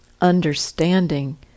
understanding